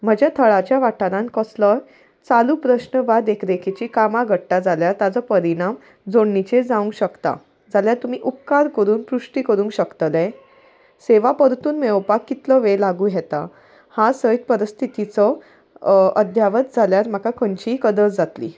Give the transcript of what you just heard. म्हज्या थळाच्या वाठारान कसलोय चालू प्रश्न वा देखरेखेची कामां घडटा जाल्यार ताचो परिणाम जोडणीचेर जावंक शकता जाल्यार तुमी उपकार करून पृश्टी करूंक शकतले सेवा परतून मेळोवपाक कितलो वेळ लागू येता हां सयत परिस्थितीचो अध्यावत जाल्यार म्हाका खंयचीय कदर जातली